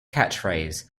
catchphrase